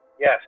Yes